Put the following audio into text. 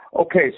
Okay